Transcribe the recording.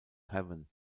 heaven